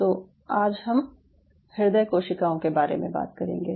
तो आज हम हृदय कोशिकाओं के बारे में बात करेंगे